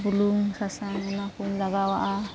ᱵᱩᱞᱩᱝ ᱥᱟᱥᱟᱝ ᱚᱱᱟᱠᱚᱧ ᱞᱟᱜᱟᱣᱟᱜᱼᱟ